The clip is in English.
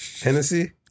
Hennessy